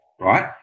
right